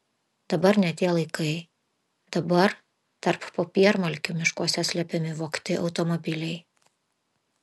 dabar ne tie laikai dabar tarp popiermalkių miškuose slepiami vogti automobiliai